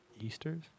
Easter's